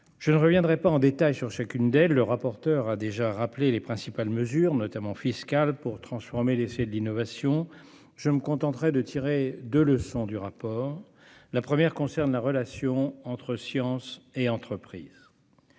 Je ne reviendrai pas en détail sur chacune d'elles. Le rapporteur a déjà rappelé les principales mesures, notamment fiscales, pour transformer l'essai de l'innovation. Je me contenterai de tirer deux leçons du rapport d'information. La première leçon concerne la relation entre science et entreprise.